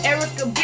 Erica